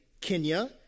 Kenya